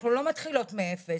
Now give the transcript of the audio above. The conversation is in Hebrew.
אנחנו לא מתחילות מאפס.